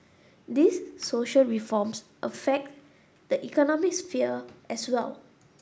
these social reforms affect the economic sphere as well